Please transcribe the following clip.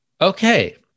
Okay